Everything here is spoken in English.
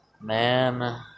man